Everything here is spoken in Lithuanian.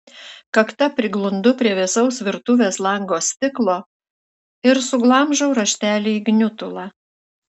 kakta priglundu prie vėsaus virtuvės lango stiklo ir suglamžau raštelį į gniutulą